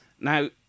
Now